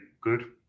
good